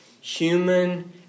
human